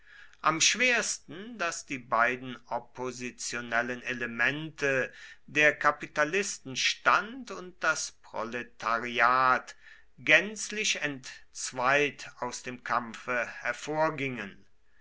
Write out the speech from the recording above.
am schwersten daß die beiden oppositionellen elemente der kapitalistenstand und das proletariat gänzlich entzweit aus dem kampfe hervorgingen